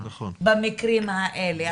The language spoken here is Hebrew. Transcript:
במקרים האלה.